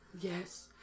yes